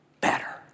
better